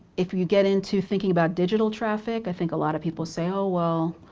if you get into thinking about digital traffic, i think a lot of people say, oh well,